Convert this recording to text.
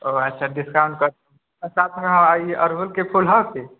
ओ अच्छा डिस्काउंट अच्छा ई अरहुल के फूल हौं की